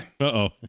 Uh-oh